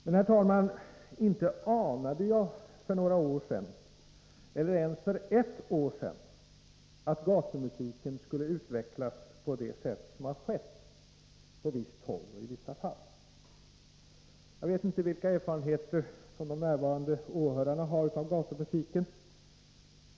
Men, herr talman, inte anade jag för några år sedan eller ens för ett år sedan att gatumusiken skulle utvecklas på det sätt som skett på visst håll och i vissa fall. Jag vet inte vilka erfarenheter de närvarande åhörarna har av gatumusiken.